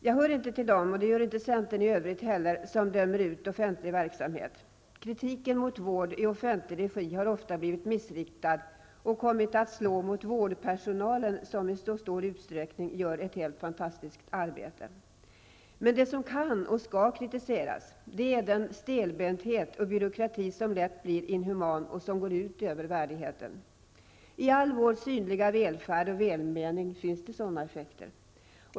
Jag hör inte till dem, och det gör inte centern i övrigt heller, som dömer ut offentlig verksamhet. Kritiken mot vård i offentlig regi har ofta blivit missriktad och kommit att slå mot vårdpersonalen som i så stor utsträckning gör helt fantastiska insatser. Det som kan och skall kritiseras är den stelbenthet och byråkrati som lätt blir inhuman och som går ut över värdigheten. I all vår synliga välfärd och välmening finns sådana effekter.